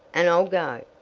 and i'll go!